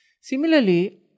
Similarly